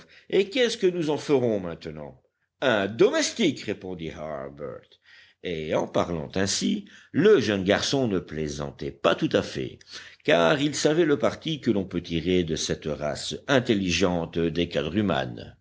et qu'est-ce que nous en ferons maintenant un domestique répondit harbert et en parlant ainsi le jeune garçon ne plaisantait pas tout à fait car il savait le parti que l'on peut tirer de cette race intelligente des